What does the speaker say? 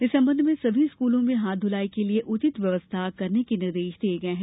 इस संबंध में सभी स्कूलों में हाथ धूलाई के लिए उचित व्यवस्था करने के निर्देश दिये गये हैं